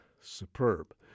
superb